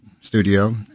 studio